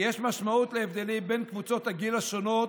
כי יש משמעות להבדלים בין קבוצות הגיל השונות